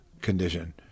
condition